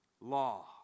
law